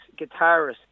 guitarist